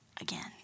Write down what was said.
again